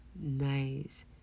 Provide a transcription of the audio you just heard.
nice